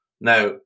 Now